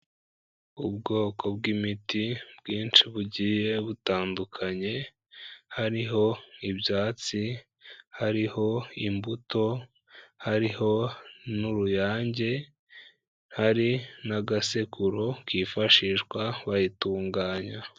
Ubwoko bw'imiti bwinshi bugiye butandukanye, hariho ibyatsi, hariho imbuto, hariho n'uruyange, hari n'agasekuru kifashishwa bayitunganya.